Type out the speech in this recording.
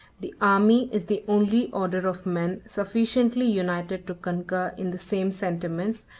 the army is the only order of men sufficiently united to concur in the same sentiments,